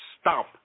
stop